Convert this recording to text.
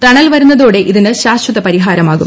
tunnel വരുന്നതോടെ ഇതിന് ശാശ്വത പരിഹാരമാകും